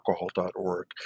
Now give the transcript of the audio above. alcohol.org